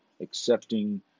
accepting